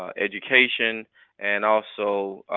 ah education and also